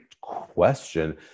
question